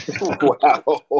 Wow